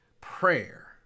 prayer